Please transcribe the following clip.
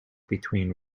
between